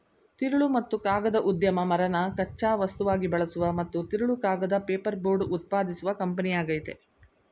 ತಿರುಳು ಮತ್ತು ಕಾಗದ ಉದ್ಯಮ ಮರನ ಕಚ್ಚಾ ವಸ್ತುವಾಗಿ ಬಳಸುವ ಮತ್ತು ತಿರುಳು ಕಾಗದ ಪೇಪರ್ಬೋರ್ಡ್ ಉತ್ಪಾದಿಸುವ ಕಂಪನಿಯಾಗಯ್ತೆ